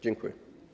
Dziękuję.